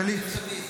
גלית,